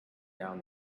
down